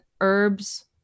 herbs